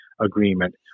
Agreement